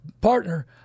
partner